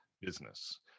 business